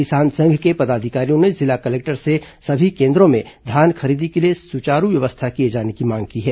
किसान संघ के पदाधिकारियों ने जिला कलेक्टर से सभी केन्द्रों में धान खरीदी के लिए सुचारू व्यवस्था किए जाने की मांग की है